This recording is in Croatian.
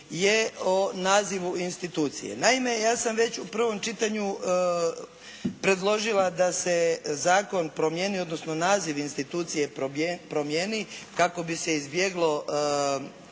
je o nazivu institucije. Naime, ja sam već u prvom čitanju predložila da se zakon promijeni, odnosno naziv institucije promijeni kako bi se izbjeglo